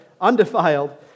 undefiled